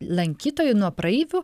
lankytojų nuo praeivių